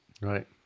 Right